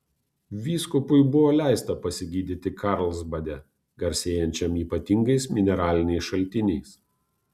vyskupui buvo leista pasigydyti karlsbade garsėjančiam ypatingais mineraliniais šaltiniais